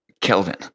Kelvin